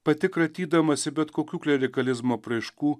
pati kratydamasi bet kokių klerikalizmo apraiškų